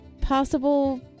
possible